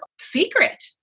secret